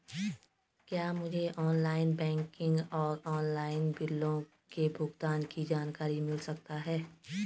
क्या मुझे online banking और ऑनलाइन बिलों के भुगतान की जानकारी मिल सकता है?